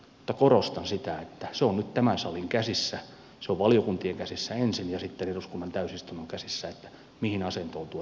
mutta korostan sitä että se on nyt tämän salin käsissä se on valiokuntien käsissä ensin ja sitten eduskunnan täysistunnon käsissä mihin asentoon tuo rahoitusmalli menee